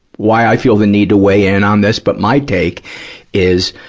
why i feel the need to weigh in on this, but my take is,